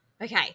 Okay